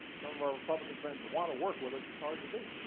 some of our republican friends want to work with us, it's hard to do.